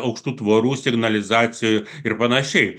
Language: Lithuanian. aukštų tvorų signalizacijų ir panašiai